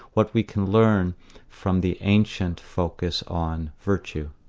what we can learn from the ancient focus on virtue.